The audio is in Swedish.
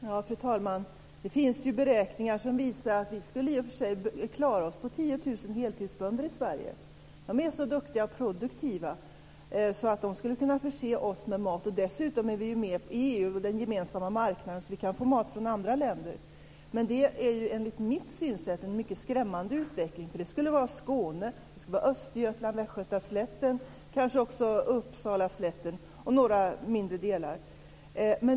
Fru talman! Det finns beräkningar som visar att vi skulle klara oss med 10 000 heltidsbönder i Sverige. Dessa är så duktiga och produktiva att de skulle kunna förse oss med mat. Vi är dessutom med i EU:s gemensamma marknad, så vi kan få mat från andra länder. Detta är dock enligt mitt sätt att se en mycket skrämmande utveckling. Jordbruket skulle finnas kvar i Skåne, i Östergötland, på Västgötaslätten, kanske också på Uppsalaslätten och i några mindre områden.